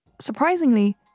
surprisingly